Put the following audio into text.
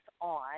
on